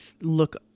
look